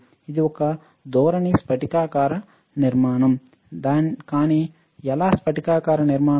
ఇది ఒక ధోరణి స్ఫటికాకార నిర్మాణం కానీ ఎలా స్ఫటికాకార నిర్మాణాలు